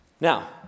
Now